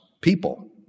people